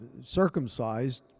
circumcised